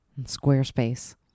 Squarespace